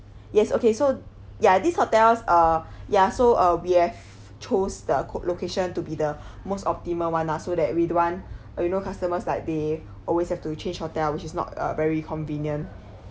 yes okay so ya this hotels uh yeah so uh we have chose the code location to be the most optimal one lah so that we don't want uh you know customers like they always have to change hotel which is not uh very convenient